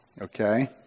Okay